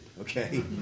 okay